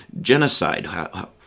genocide